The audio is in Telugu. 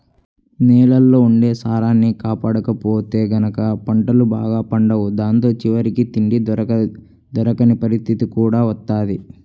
నేలల్లో ఉండే సారాన్ని కాపాడకపోతే గనక పంటలు బాగా పండవు దాంతో చివరికి తిండి దొరకని పరిత్తితి కూడా వత్తది